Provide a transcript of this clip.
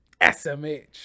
SMH